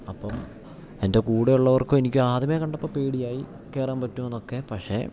അപ്പം എൻ്റെ കൂടെയുള്ളവർക്കും എനിക്കും ആദ്യമേ കണ്ടപ്പോൾ പേടിയായി കയറാൻ പറ്റുമോ എന്നൊക്കെ പക്ഷെ